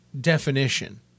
definition